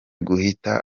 guhita